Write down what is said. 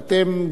ואתם,